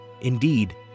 indeed